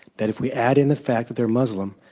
that if we add in the fact that they're muslim,